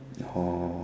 oh